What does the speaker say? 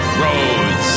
roads